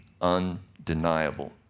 undeniable